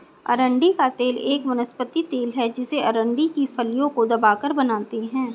अरंडी का तेल एक वनस्पति तेल है जिसे अरंडी की फलियों को दबाकर बनाते है